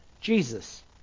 Jesus